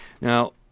Now